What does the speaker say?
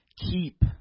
Keep